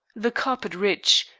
the carpet rich,